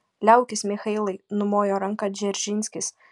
liaukis michailai numojo ranką dzeržinskis